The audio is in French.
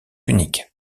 unique